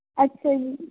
ਅੱਛਾ ਜੀ